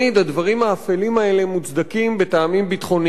הדברים האפלים האלה מוצדקים בטעמים ביטחוניים.